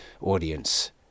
audience